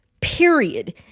period